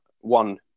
one